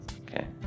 okay